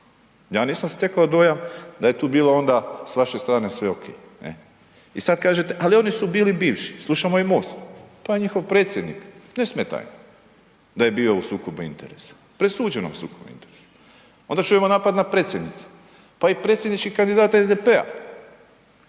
Ja nisam stekao dojam da je tu bilo onda s vaše strane sve okej, ne. I sad kažete ali oni su bili bivši, slušamo i MOST, pa i njihov predsjednik ne smeta im da je bio u sukobu interesa, presuđenom sukobu interesa. Onda čujemo napad na predsjednicu, pa i predsjednički kandidat SDP-a,